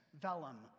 vellum